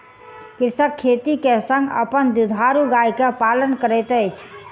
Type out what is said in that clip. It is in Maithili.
कृषक खेती के संग अपन दुधारू गाय के पालन करैत अछि